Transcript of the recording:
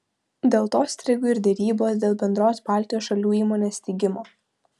dėl to strigo ir derybos dėl bendros baltijos šalių įmonės steigimo